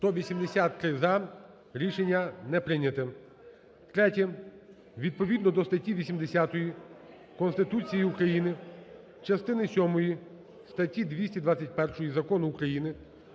За-183 Рішення не прийняте. Третє. Відповідно до статті 80 Конституції України, частини сьомої статті 221 Закону України